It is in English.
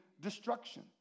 destruction